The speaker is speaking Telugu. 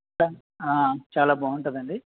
ఆ చాలా బాగుంటుంది అండి